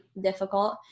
difficult